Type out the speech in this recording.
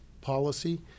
policy